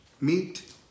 Meet